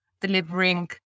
delivering